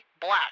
Black